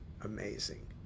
Amazing